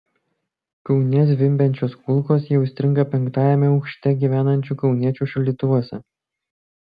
kaune zvimbiančios kulkos jau įstringa penktajame aukšte gyvenančių kauniečių šaldytuvuose